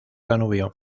danubio